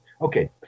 Okay